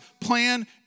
plan